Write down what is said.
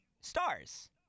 stars